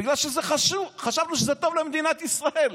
בגלל שחשבנו שזה טוב למדינת ישראל.